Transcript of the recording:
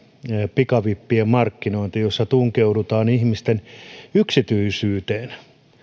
pikavippien markkinointi jossa tunkeudutaan ihmisten yksityisyyteen